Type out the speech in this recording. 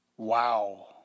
wow